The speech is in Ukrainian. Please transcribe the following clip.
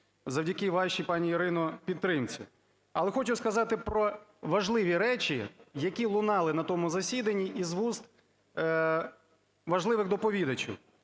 завдяки вашій, пані Ірино, підтримці. Але хочу сказати про важливі речі, які лунали на тому засіданні із вуст важливих доповідачів.